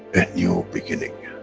a new beginning,